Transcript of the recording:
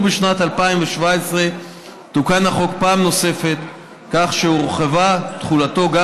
בשנת 2017 תוקן החוק פעם נוספת כך שהורחבה תחולתו גם